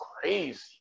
crazy